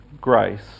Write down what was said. grace